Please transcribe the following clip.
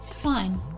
Fine